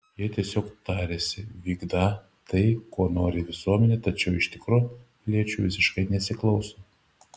jie tiesiog tariasi vykdą tai ko nori visuomenė tačiau iš tikro piliečių visiškai nesiklauso